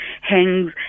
hangs